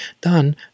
done